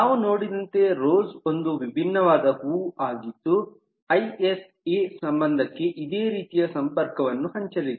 ನಾವು ನೋಡಿದಂತೆ ರೋಜ್ ಒಂದು ವಿಭಿನ್ನವಾದ ಹೂವು ಆಗಿದ್ದು ಐಎಸ್ ಎ IS A ಸಂಬಂಧಕ್ಕೆ ಇದೇ ರೀತಿಯ ಸಂಪರ್ಕವನ್ನು ಹಂಚಲಿದೆ